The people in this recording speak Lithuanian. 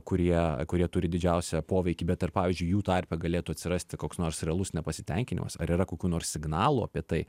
kurie kurie turi didžiausią poveikį bet ar pavyzdžiui jų tarpe galėtų atsirasti koks nors realus nepasitenkinimas ar yra kokių nors signalų apie tai